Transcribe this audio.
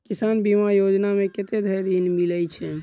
किसान बीमा योजना मे कत्ते धरि ऋण मिलय छै?